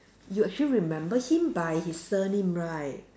you actually remember him by his surname right